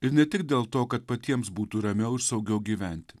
ir ne tik dėl to kad patiems būtų ramiau ir saugiau gyventi